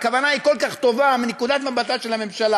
כאשר הכוונה היא כל כך טובה מנקודת מבטה של הממשלה,